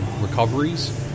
recoveries